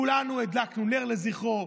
כולנו הדלקנו נר לזכרו,